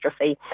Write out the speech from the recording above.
dystrophy